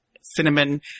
cinnamon